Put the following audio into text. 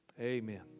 Amen